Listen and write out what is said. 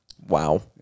wow